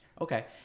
okay